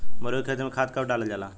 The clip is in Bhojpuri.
मरुआ के खेती में खाद कब डालल जाला?